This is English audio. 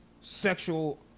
sexual